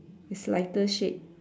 is lighter shade